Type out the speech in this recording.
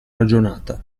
ragionata